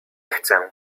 chcę